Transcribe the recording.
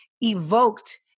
evoked